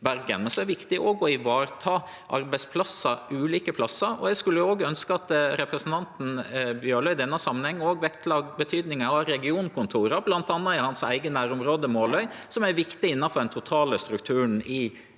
Det er viktig å vareta arbeidsplassar ulike plassar, og eg skulle ønskje at representanten Bjørlo i denne samanhengen òg vektla betydninga av regionkontora, bl.a. i hans eige nærområde, Måløy, som er viktige innanfor den totale strukturen i